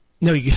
No